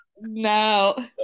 no